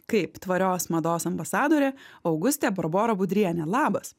kaip tvarios mados ambasadorė augustė barbora budrienė labas